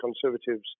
Conservatives